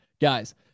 Guys